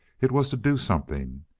it was to do something,